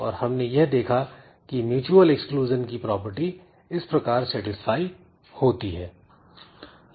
और हमने यह देखा की म्यूच्यूअल एक्सक्लूजन की प्रॉपर्टी इस प्रकार सेटिस्फाई होती है